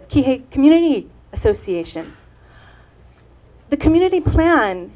the community association the community plan